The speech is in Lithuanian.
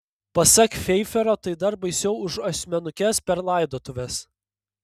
pasak feifero tai dar baisiau už asmenukes per laidotuves